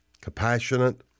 compassionate